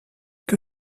que